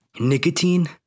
nicotine